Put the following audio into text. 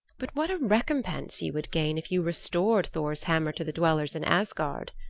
but what a recompense you would gain if you restored thor's hammer to the dwellers in asgard,